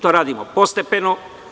To radimo postepeno.